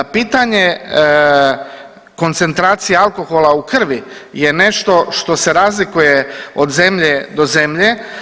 Pitanje koncentracije alkohola u krvi je nešto što se razlikuje od zemlje do zemlje.